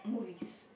movies